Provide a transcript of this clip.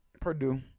Purdue